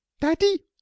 daddy